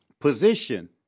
Position